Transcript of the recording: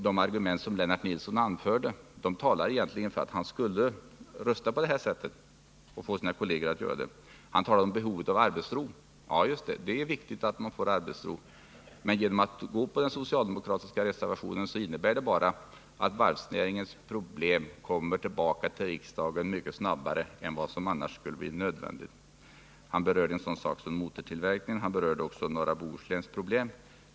De argument som Lennart Nilsson anförde talar egentligen för att han skulle rösta på det sättet och påverka sina kolleger att göra det. Lennart Nilsson talade om behovet av arbetsro. Ja, det är viktigt att man får arbetsro. Men att bifalla de socialdemokratiska reservationerna innebär bara att varvsnäringens problem kommer tillbaka till riksdagen mycket snabbare än som annars blir nödvändigt. Lennart Nilsson berörde motortillverkningen, och han nämnde norra Bohusläns problem.